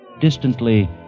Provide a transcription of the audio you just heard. Distantly